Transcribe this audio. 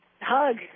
hug